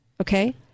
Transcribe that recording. Okay